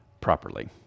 properly